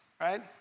right